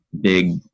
big